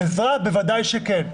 עזרה בוודאי שכן.